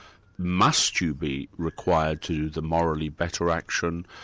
must you be required to the morally better action,